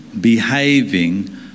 behaving